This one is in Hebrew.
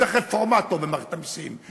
צריך רפורמטור במערכת המסים.